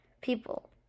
people